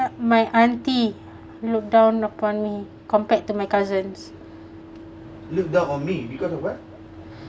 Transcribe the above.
my auntie look down upon me compared to my cousins